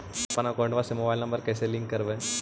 हमपन अकौउतवा से मोबाईल नंबर कैसे लिंक करैइय?